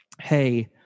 hey